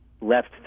left